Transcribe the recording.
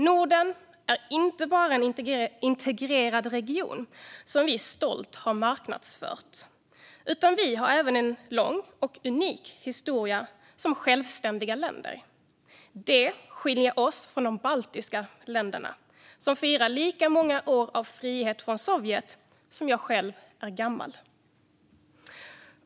Norden är inte bara en integrerad region som vi stolt har marknadsfört, utan vi har även en lång och unik historia som självständiga länder. Det skiljer oss från de baltiska länderna, som firar lika många år av frihet från Sovjet som jag själv är gammal.